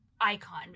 icon